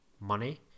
money